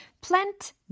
Plant